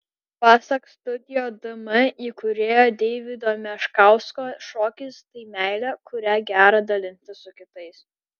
pasak studio dm įkūrėjo deivido meškausko šokis tai meilė kuria gera dalintis su kitais